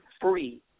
free